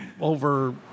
over